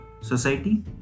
society